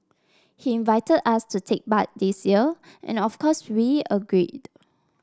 he invited us to take part this year and of course we agreed